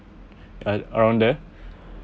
ya around there